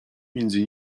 między